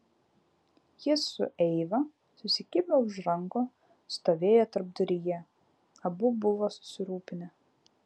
jis su eiva susikibę už rankų stovėjo tarpduryje abu buvo susirūpinę